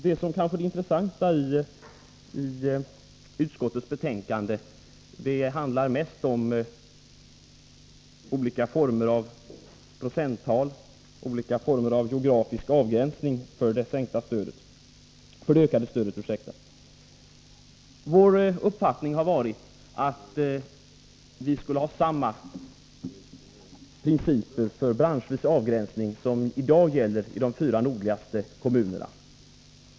Det kanske mest intressanta i utskottets betänkande är det avsnitt som handlar om procenttal och olika former av geografisk avgränsning för det ökade stödet. Vår uppfattning har varit att det skall vara samma principer för branschvis avgränsning som i dag gäller i de fyra nordligaste kommunerna.